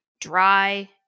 dry